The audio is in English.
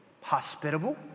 hospitable